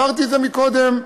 אמרתי את זה קודם,